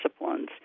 disciplines